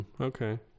Okay